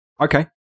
Okay